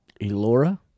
Elora